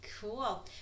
Cool